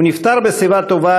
הוא נפטר בשיבה טובה,